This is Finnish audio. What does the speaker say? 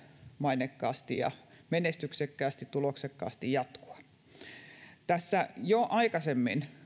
maineikkaasti ja menestyksekkäästi tuloksekkaasti jatkua tässä jo aikaisemmin